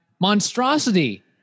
monstrosity